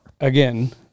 Again